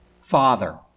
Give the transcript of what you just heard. Father